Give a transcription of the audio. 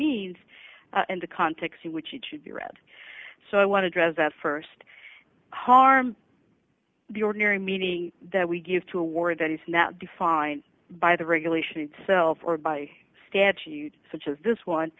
means and the context in which it should be read so i want to dress that st harm the ordinary meaning that we give to a word that is not defined by the regulation itself or by statute such as this one